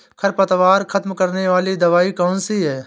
खरपतवार खत्म करने वाली दवाई कौन सी है?